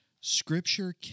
scripture